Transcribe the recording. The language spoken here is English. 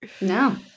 No